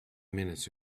minutes